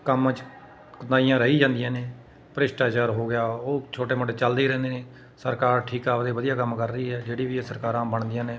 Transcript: ਕੰਮ 'ਚ ਕੁਤਾਹੀਆਂ ਰਹਿ ਹੀ ਜਾਂਦੀਆਂ ਨੇ ਭ੍ਰਿਸ਼ਟਾਚਾਰ ਹੋ ਗਿਆ ਉਹ ਛੋਟੇ ਮੋਟੇ ਚਲਦੇ ਰਹਿੰਦੇ ਨੇ ਸਰਕਾਰ ਠੀਕ ਆ ਆਪਦੇ ਵਧੀਆ ਕੰਮ ਕਰ ਰਹੀ ਹੈ ਜਿਹੜੀ ਵੀ ਇਹ ਸਰਕਾਰਾਂ ਬਣਦੀਆਂ ਨੇ